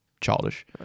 childish